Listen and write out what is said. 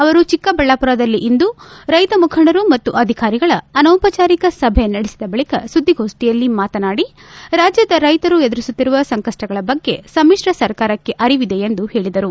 ಅವರು ಚಿಕ್ಕಬಳ್ಳಾಪುರದಲ್ಲಿ ಇಂದು ರೈತ ಮುಖಂಡರು ಮತ್ತು ಅಧಿಕಾರಿಗಳ ಅನೌಪಚಾರಿಕ ಸಭೆ ನಡೆಸಿದ ಬಳಿಕ ಸುದ್ದಿಗೋಷ್ಠಿಯಲ್ಲಿ ಮಾತನಾಡಿ ರಾಜ್ಯದ ರೈತರು ಎದುರಿಸುತ್ತಿರುವ ಸಂಕಷ್ಪಗಳ ಬಗ್ಗೆ ಸಮಿತ್ರ ಸರ್ಕಾರಕ್ಷೆ ಅರಿವಿದೆ ಎಂದು ಹೇಳಿದರು